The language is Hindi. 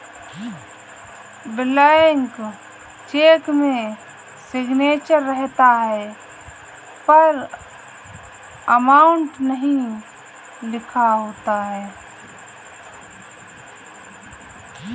ब्लैंक चेक में सिग्नेचर रहता है पर अमाउंट नहीं लिखा होता है